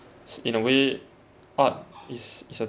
in a way art is is a